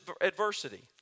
adversity